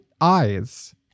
eyes